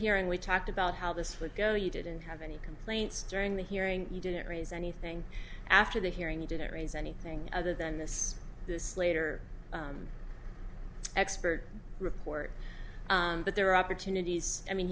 hearing we talked about how this would go you didn't have any complaints during the hearing you didn't raise anything after the hearing he didn't raise anything other than this this later expert report but there are opportunities i mean